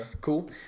cool